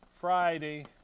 Friday